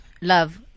love